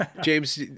James